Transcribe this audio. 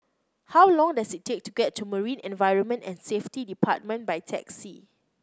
how long does it take to get to Marine Environment and Safety Department by taxi